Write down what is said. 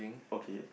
okay